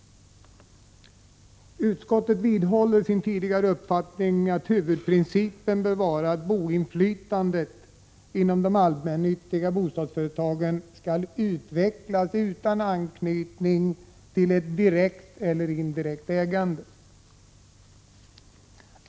Utskottet vidhåller sin tidigare uppfattning att huvudprincipen bör vara att boinflytandet inom de allmännyttiga bostadsföretagen skall utvecklas utan anknytning till ett direkt eller indirekt ägande.